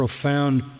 profound